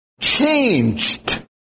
changed